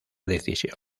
decisión